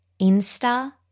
Insta